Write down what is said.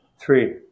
three